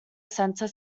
center